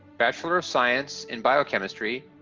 bachelor of science in biochemistry,